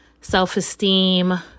self-esteem